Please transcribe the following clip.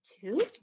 two